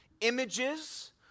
Images